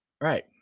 right